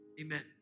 amen